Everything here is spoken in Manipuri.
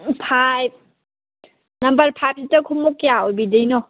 ꯐꯥꯏꯚ ꯅꯝꯕꯔ ꯐꯥꯏꯚꯇ ꯈꯣꯡꯎꯞ ꯀꯌꯥ ꯑꯣꯏꯕꯤꯗꯣꯏꯅꯣ